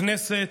הכנסת,